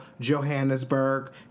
Johannesburg